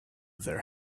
their